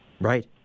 Right